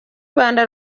rwanda